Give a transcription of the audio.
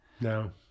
No